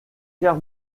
guerre